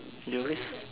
you always